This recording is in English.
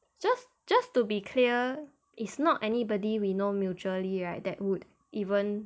just just to be clear it's not anybody we know mutually right that would even